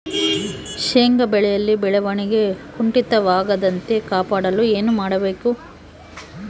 ಶೇಂಗಾ ಬೆಳೆಯಲ್ಲಿ ಬೆಳವಣಿಗೆ ಕುಂಠಿತವಾಗದಂತೆ ಕಾಪಾಡಲು ಏನು ಮಾಡಬೇಕು?